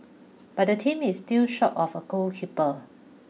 but the team is still short of a goalkeeper